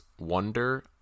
Wonder